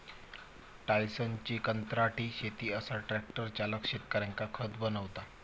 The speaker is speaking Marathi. टायसनची कंत्राटी शेती असा ट्रॅक्टर चालक शेतकऱ्यांका खत बनवता